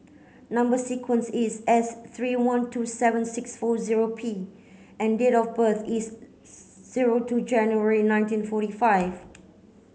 number sequence is S three one two seven six four zero P and date of birth is zero two January nineteen forty five